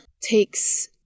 takes